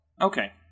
Okay